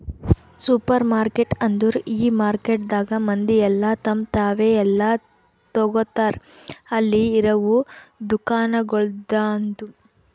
supermarket ಅಂದುರ್ ಈ ಮಾರ್ಕೆಟದಾಗ್ ಮಂದಿ ಎಲ್ಲಾ ತಮ್ ತಾವೇ ಎಲ್ಲಾ ತೋಗತಾರ್ ಅಲ್ಲಿ ಇರವು ದುಕಾನಗೊಳ್ದಾಂದು